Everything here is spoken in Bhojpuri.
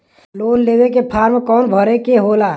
लोन लेवे के फार्म कौन भरे के होला?